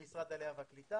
עם משרד העלייה והקליטה,